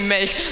make